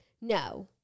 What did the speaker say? No